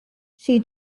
she